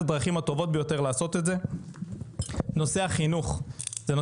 נושא החינוך זה נושא שאני מדבר עליו מהיום הראשון שהוקמה הוועדה הזאת.